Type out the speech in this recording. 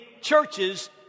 churches